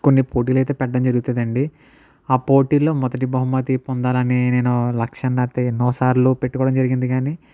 కొన్ని పోటీలు అయితే పెట్టడం జరుగుతుంది అండి ఆ పోటీలో మొదటి బహుమతి పొందాలి అని నేను లక్ష్యంగా అయితే ఎన్నోసార్లు పెట్టుకోవడం జరిగింది కానీ